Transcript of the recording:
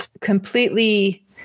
completely